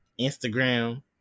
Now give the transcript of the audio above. Instagram